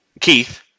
Keith